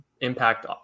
impact